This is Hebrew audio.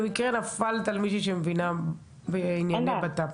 במקרה נפלת על מישהי שמבינה בענייני בט"פ.